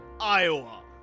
Iowa